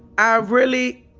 i really,